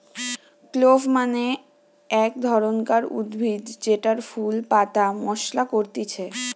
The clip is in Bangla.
ক্লোভ মানে এক ধরণকার উদ্ভিদ জেতার ফুল পাতা মশলা করতিছে